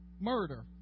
murder